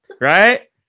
Right